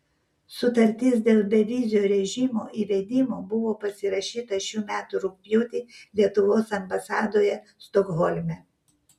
sutartis dėl bevizio režimo įvedimo buvo pasirašyta šių metų rugpjūtį lietuvos ambasadoje stokholme